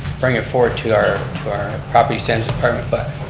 bring it forward to our to our property standards department, but